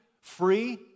free